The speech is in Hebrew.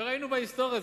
וראינו בהיסטוריה,